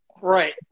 right